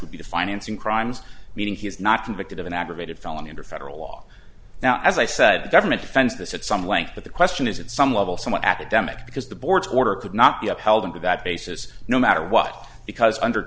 would be the financing crimes meaning he is not convicted of an aggravated felony under federal law now as i said the government defends this at some length but the question is at some level somewhat academic because the board's order could not be upheld and to that basis no matter what because under